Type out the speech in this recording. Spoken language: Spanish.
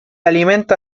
alimenta